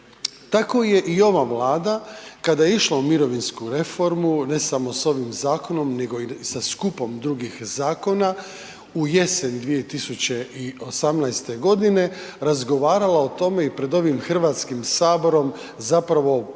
Tako je i ova Vlada kada je išla u mirovinsku reformu, ne samo s ovim zakonom nego i sa skupom drugih zakona, u jesen 2018. g. razgovarala o tome i pred ovim Hrvatskim saborom zapravo